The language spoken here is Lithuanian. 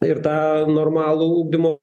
ir tą normalų ugdymo